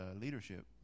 leadership